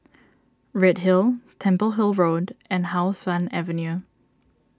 Redhill Temple Hill Road and How Sun Avenue